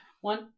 One